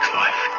life